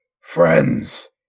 Friends